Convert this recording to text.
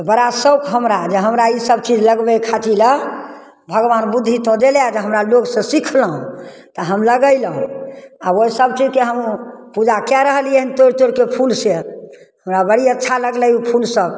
बड़ा सौख हमरा जे हमरा ईसब चीज लगबै खातिर ले भगवान बुद्धि तोँ देलै जे हमरा लोकसे सिखलहुँ तऽ हम लगेलहुँ आब ओहि सबचीजके हमहूँ पूजा कै रहलिए हँ तोड़ि तोड़िके फूलसे हमरा बड़ अच्छा लागलै ओ फूल सब